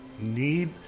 need